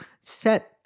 set